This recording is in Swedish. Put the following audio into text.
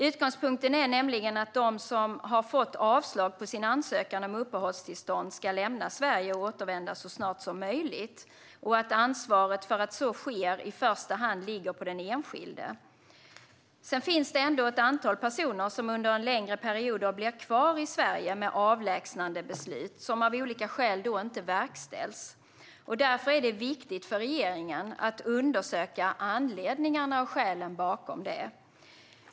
Utgångspunkten är nämligen att de som har fått avslag på sin ansökan om uppehållstillstånd ska lämna Sverige och återvända så snart som möjligt, och ansvaret för att så sker ligger i första hand på den enskilde. Sedan finns ändå ett antal personer som under längre perioder blir kvar i Sverige med avlägsnandebeslut som av olika skäl inte verkställs. Därför är det viktigt för regeringen att undersöka anledningarna och skälen bakom det.